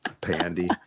Pandy